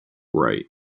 right